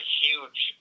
huge